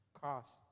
cost